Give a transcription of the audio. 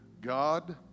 God